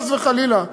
חס וחלילה,